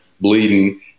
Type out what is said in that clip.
bleeding